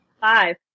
Five